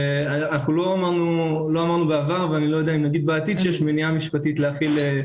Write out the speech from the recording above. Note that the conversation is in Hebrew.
ולא אמרנו בעבר ואני לא יודע אם נגיד בעתיד שיש מניעה משפטית להחיל.